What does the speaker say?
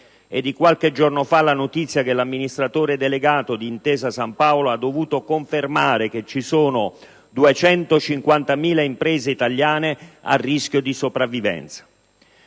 È di qualche giorno fa la notizia che l'amministratore delegato di Intesa San Paolo ha dovuto confermare che vi sono 250.000 imprese italiane a rischio di sopravvivenza.